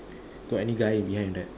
got any guy behind in there